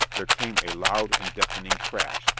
there came a loud and deafening crash,